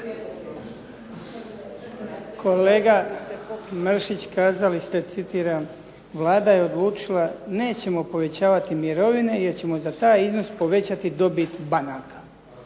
Kolega Mršić kazali ste, citiram: Vlada je odlučila nećemo povećavati mirovine jer ćemo za taj iznos povećati dobit banaka.